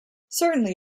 certainly